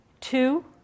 two